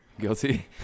Guilty